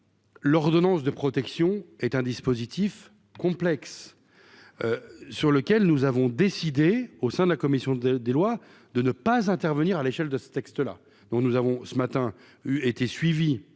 L'ordonnance de protection est un dispositif complexe sur lequel nous avons décidé au sein de la commission des lois, de ne pas intervenir à l'échelle de ce texte là, donc nous avons ce matin eu été suivi